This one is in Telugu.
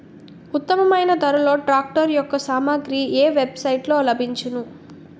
ఉత్తమమైన ధరలో ట్రాక్టర్ యెక్క సామాగ్రి ఏ వెబ్ సైట్ లో లభించును?